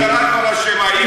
המשטרה כבר אשמה,